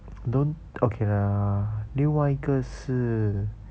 don't okay lah 另外一个是